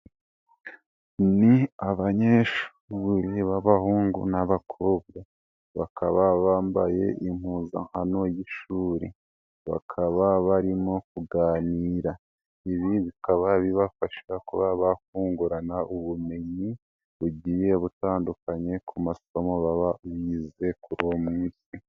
Ni abanyeshuri b'abahungu n'abakobwa bakaba bambaye impuzankano y'ishuri, bakaba barimo kuganira, ibi bikaba bibafasha kuba bafungurana ubumenyi bugiye butandukanye ku masomo baba bize kuri uwo munsi.